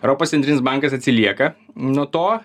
europos centrinis bankas atsilieka nuo to